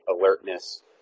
alertness